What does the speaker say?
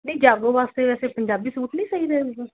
ਨਹੀਂ ਜਾਗੋ ਵਾਸਤੇ ਵੈਸੇ ਪੰਜਾਬੀ ਸੂਟ ਨਹੀਂ ਸਹੀ ਰਹੇਗਾ